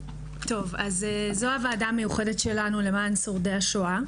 זו הוועדה המיוחדת שלנו למען שורדי השואה.